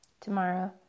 tomorrow